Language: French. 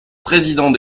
président